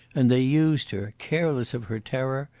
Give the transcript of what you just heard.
and they used her, careless of her terror,